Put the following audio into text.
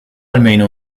almeno